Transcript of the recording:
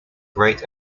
great